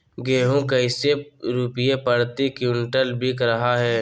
गेंहू कैसे रुपए प्रति क्विंटल बिक रहा है?